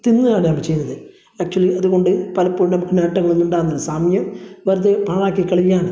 തിന്ന്കളയാണ് ചെയ്യുന്നത് ആക്ച്വലി അതുകൊണ്ട് പലപ്പോഴും നമുക്ക് നേട്ടങ്ങളൊന്നും ഉണ്ടാവുന്നില്ല സമയം വെറുതെ പാഴാക്കിക്കളയ്യാണ്